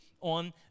on